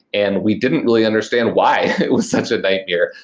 and we didn't really understand why it was such a nightmare.